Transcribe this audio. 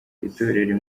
itorero